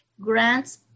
grants